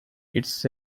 its